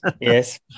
Yes